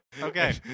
Okay